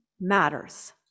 matters